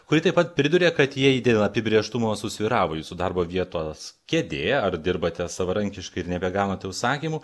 kuri taip pat priduria kad jei dėl apibrėžtumo susvyravo jūsų darbo vietos kėdė ar dirbate savarankiškai ir nebegaunate užsakymų